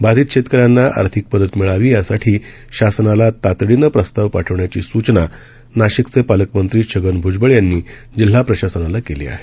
बाधित शेतकऱ्यांना आर्थिक मदत मिळावी यासाठी शासनाला तातडीनं प्रस्ताव पाठवण्याची सुचना नाशिकचे पालकमंत्री छगन भूजबळ यांनी जिल्हा प्रशासनाला केली आहे